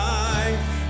life